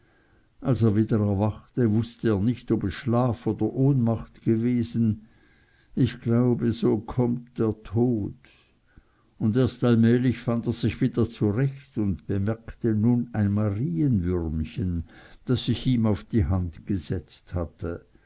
als er wieder erwachte wußt er nicht ob es schlaf oder ohnmacht gewesen ich glaube so kommt der tod und erst allmählich fand er sich wieder zurecht und bemerkte nun ein marienwürmchen das sich ihm auf die hand gesetzt hatte